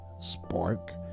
Spark